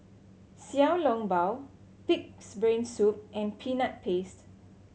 Xiao Long Bao Pig's Brain Soup and Peanut Paste